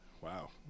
Wow